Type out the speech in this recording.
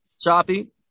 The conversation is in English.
Choppy